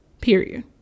period